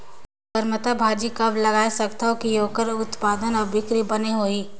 करमत्ता भाजी कब लगाय सकत हो कि ओकर उत्पादन अउ बिक्री बने होही?